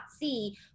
see